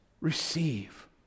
receive